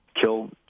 kill